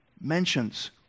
mentions